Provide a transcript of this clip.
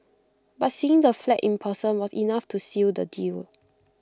but seeing the flat in person was enough to seal the deal